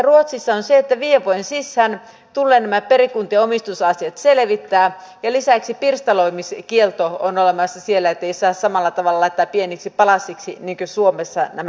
ruotsissa on se että viiden vuoden sisään tulee nämä perikuntien omistusasiat selvittää ja lisäksi pirstaloimiskielto on olemassa siellä ettei saa samalla tavalla laittaa pieniksi palasiksi niin kuin suomessa näitä asioita